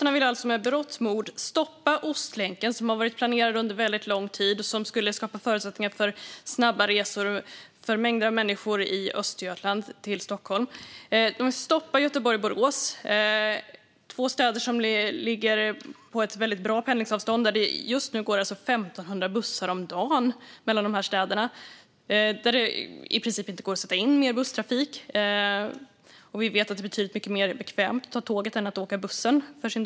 Fru talman! Kristdemokraterna vill alltså med berått mod stoppa Ostlänken, som har varit planerad under lång tid och som skulle skapa förutsättningar för snabba resor till Stockholm för mängder av människor i Östergötland. De vill stoppa bygget av stambanan mellan Göteborg och Borås, två städer som ligger på ett bra pendlingsavstånd. Just nu går det alltså 1 500 bussar om dagen mellan de städerna. Det går i princip inte att sätta in mer busstrafik. Vi vet också att det är betydligt mer bekvämt att åka tåg än buss vid den dagliga pendlingen.